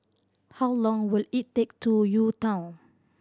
how long will it take to U Town